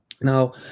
Now